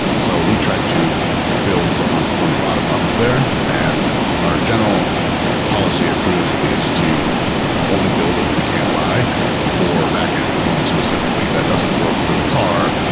so we tried to build from the from the bottom-up there, and our general policy at cruise is to only build if we can't buy for backend components specifically. that doesn't work for the car,